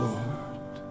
Lord